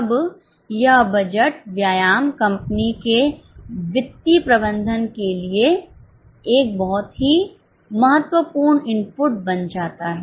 अब यह बजट व्यायाम कंपनी के वित्तीय प्रबंधन के लिए एक बहुत ही महत्वपूर्ण इनपुट बन जाता है